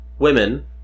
Women